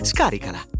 Scaricala